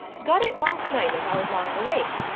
got it last night as i was lying awake.